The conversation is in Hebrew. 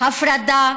הפרדה